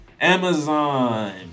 Amazon